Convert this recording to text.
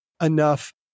enough